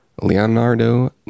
Leonardo